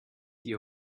the